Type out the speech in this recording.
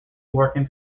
working